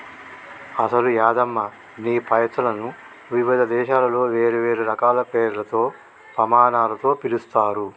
అసలు యాదమ్మ నీ పైసలను వివిధ దేశాలలో వేరువేరు రకాల పేర్లతో పమానాలతో పిలుస్తారు